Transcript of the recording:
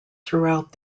throughout